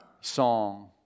song